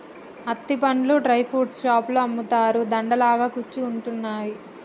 అత్తి పండ్లు dry fruits షాపులో అమ్ముతారు, దండ లాగా కుచ్చి ఉంటున్నాయి